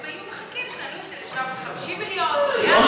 הם היו מחכים שתעלו את זה ל-750 מיליון, למיליארד.